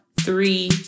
three